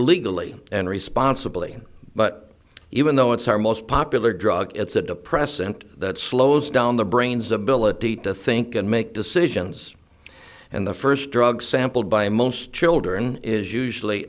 used legally and responsibly but even though it's our most popular drug it's a depressant that slows down the brain's ability to think and make decisions and the first drug sampled by most children is usually